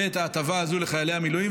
ואת ההטבה הזו לחיילי המילואים,